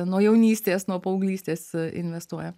nuo jaunystės nuo paauglystės investuoja